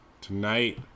Tonight